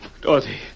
Dorothy